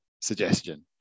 suggestion